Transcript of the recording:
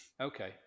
Okay